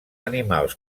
animals